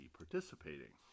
participating